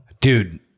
Dude